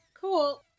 cool